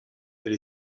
elle